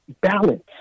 balance